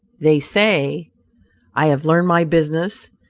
they say i have learned my business,